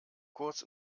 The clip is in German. kurz